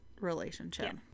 relationship